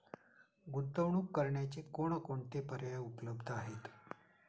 गुंतवणूक करण्याचे कोणकोणते पर्याय उपलब्ध आहेत?